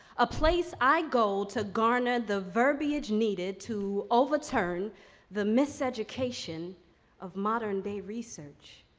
a place i go to garner the verbiage needed to overturn the miseducation of modern day research.